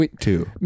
Two